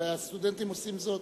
הרי הסטודנטים עושים זאת,